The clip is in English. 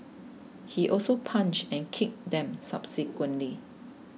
he also punched and kicked them subsequently